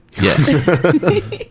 Yes